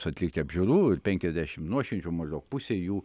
atlikti apžiūrų ir penkiasdešimt nuo šimčių maždaug pusė jų